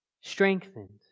strengthened